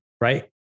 right